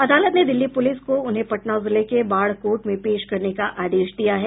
अदालत ने दिल्ली पुलिस को उन्हें पटना जिले के बाढ़ कोर्ट में पेश करने का आदेश दिया है